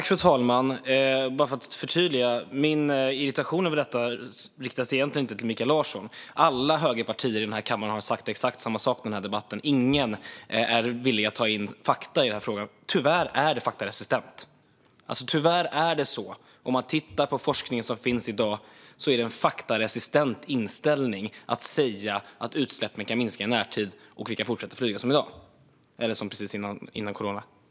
Fru talman! Bara för att förtydliga: Min irritation över detta riktar sig egentligen inte mot Mikael Larsson. Ledamöter från alla högerpartier i kammaren har sagt exakt samma sak i den här debatten. Ingen är villig att ta in fakta i frågan. Tyvärr är man faktaresistent. Tyvärr har man en faktaresistent inställning om man tittar på forskningen som finns i dag och säger att utsläppen kan minska i närtid och att vi kan fortsätta att flyga som i dag - eller som precis före corona.